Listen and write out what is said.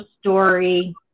story